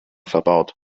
verbaut